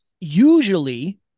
usually